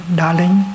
darling